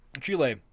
Chile